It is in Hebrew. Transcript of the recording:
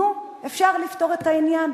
נו, אפשר לפתור את העניין.